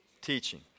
Teaching